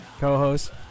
Co-host